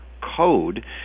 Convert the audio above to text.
code